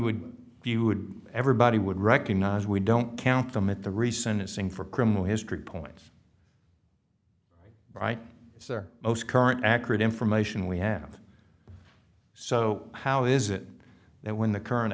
would if you would everybody would recognize we don't count them at the recent acing for criminal history points right there most current accurate information we have so how is it that when the current